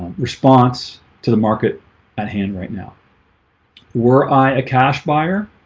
response to the market at hand right now were i a cash buyer?